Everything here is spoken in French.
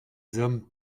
hommes